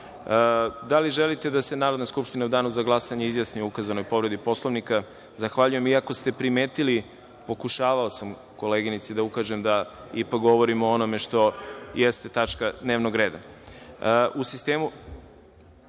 li želite da se Narodna skupština u Danu za glasanje izjasni o ukazanoj povredi Poslovnika? (Ne.)Zahvaljujem.I, a ko ste primetili, pokušavao sam koleginici da ukažem da ipak govorim o onome što jeste tačka dnevnog reda.(Mira